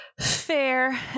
Fair